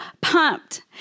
pumped